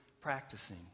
practicing